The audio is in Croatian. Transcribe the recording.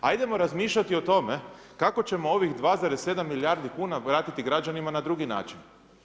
Ajdemo razmišljati o tome kako ćemo ovih 2,7 milijardi kuna vratiti građanima na drugi način.